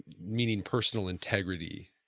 meaning personal integrity,